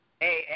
Hey